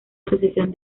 asociación